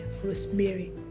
Rosemary